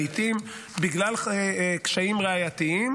לעיתים בגלל קשיים ראייתיים,